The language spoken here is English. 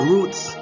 Roots